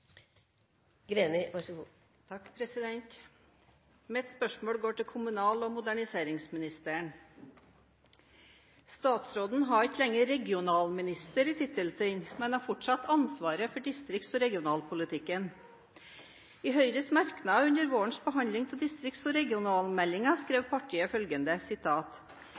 Mitt spørsmål går til kommunal- og moderniseringsministeren. Statsråden har ikke lenger regionalminister i tittelen sin, men har fortsatt ansvaret for distrikts- og regionalpolitikken. I Høyres merknad under vårens behandling av distrikts- og regionalmeldingen skrev partiet følgende: